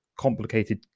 complicated